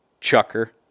Chucker